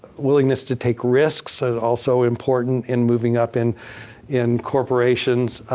willingness to take risks are also important in moving up in in corporations.